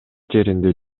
жеринде